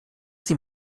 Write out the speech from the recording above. sie